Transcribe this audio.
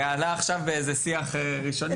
זה עלה עכשיו באיזשהו שיח ראשוני,